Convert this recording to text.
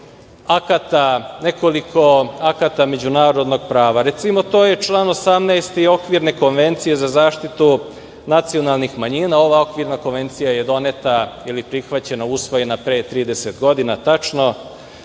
nekoliko akata međunarodnog prava. Recimo, to je član 18. Okvirne konvencije za zaštitu nacionalnih manjina. Ova Okvirna konvencija je doneta ili prihvaćena, usvojena pre 30 godina tačno.